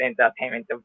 entertainment